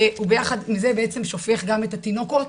הוא ביחד עם זה בעצם שופך גם את התינוקות,